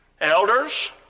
elders